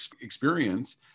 experience